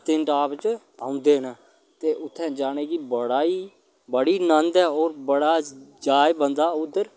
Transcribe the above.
पत्नीटॉप च औंदे न ते उ'त्थें जाने ई बड़ा ई बड़ी नंद ऐ होर बड़ा जा बंदा उद्धर